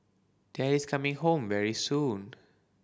daddy's coming home very soon